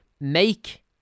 make